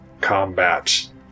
combat